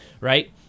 Right